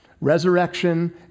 Resurrection